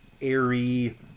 airy